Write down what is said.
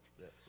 Yes